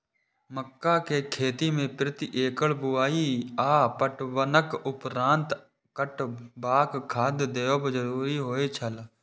मक्का के खेती में प्रति एकड़ बुआई आ पटवनक उपरांत कतबाक खाद देयब जरुरी होय छल?